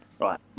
Right